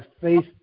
faith